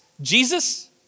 Jesus